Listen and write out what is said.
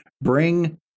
Bring